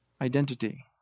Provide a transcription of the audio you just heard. Identity